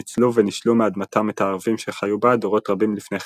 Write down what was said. ניצלו ונישלו מאדמתם את הערבים שחיו בה דורות רבים לפני כן,